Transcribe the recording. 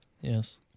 Yes